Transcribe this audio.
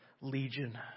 legion